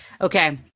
Okay